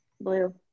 Blue